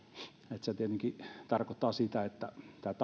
ja se tietenkin tarkoittaa sitä että